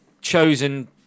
chosen